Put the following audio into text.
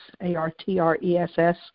A-R-T-R-E-S-S